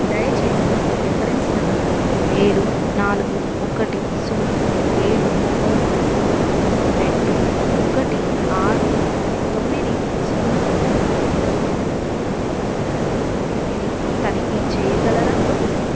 దయచేసి reference number ఏడు నాలుగు ఒకటి సున్న ఏడు మూడు తొమ్మిది రెండు ఒకటి ఆరు తొమ్మిది సున్నతో నా జనన నమోదు దరఖాస్తు స్థితిని తనిఖీ చేయగలరా